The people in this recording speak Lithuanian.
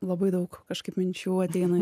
labai daug kažkaip minčių ateina